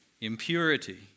impurity